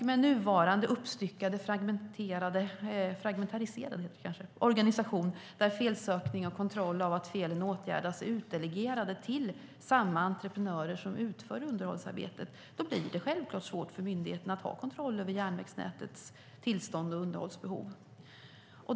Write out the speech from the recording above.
Med nuvarande uppstyckade, fragmenterade organisation där felsökning och kontroll av att felen åtgärdas delegeras till samma entreprenörer som utför underhållsarbetet blir det självklart svårt för myndigheten att ha kontroll över järnvägsnätets tillstånd och underhållsbehov.